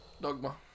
Dogma